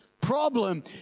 problem